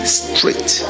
straight